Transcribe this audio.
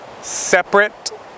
separate